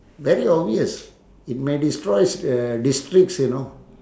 very obvious it might destroys uh districts you know